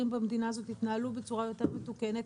במדינה הזו יתנהלו בצורה יותר מתוקנת,